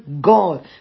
God